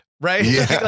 right